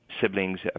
Siblings